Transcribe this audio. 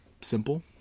simple